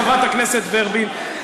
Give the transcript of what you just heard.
חברת הכנסת ורבין,